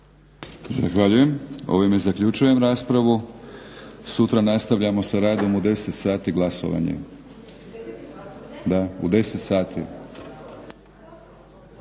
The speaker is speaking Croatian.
Zahvaljujem. Ovime zaključujem raspravu. Sutra nastavljamo sa radom u 10,00 sati glasovanjem. **Leko, Josip